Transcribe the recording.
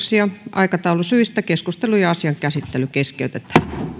aikataulusyistä keskustelu ja asian käsittely keskeytetään